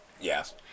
Yes